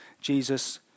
Jesus